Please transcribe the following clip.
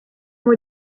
were